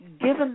given